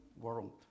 world